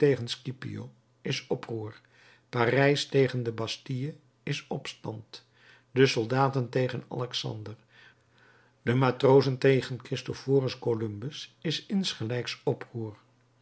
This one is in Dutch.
is oproer parijs tegen de bastille is opstand de soldaten tegen alexander de matrozen tegen christoforus columbus is insgelijks oproer